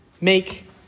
make